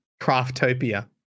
Craftopia